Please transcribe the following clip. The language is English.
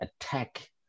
attack